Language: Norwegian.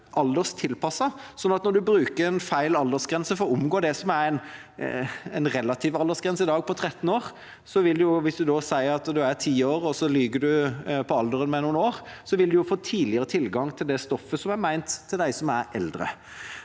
alderstilpasset, så når en bruker en feil aldersgrense for å omgå det som er en relativ aldersgrense i dag på 13 år – hvis en er 10 år og lyver på alderen med noen år – vil en få tidligere tilgang til det stoffet som er ment for dem som er eldre.